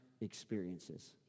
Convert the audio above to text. experiences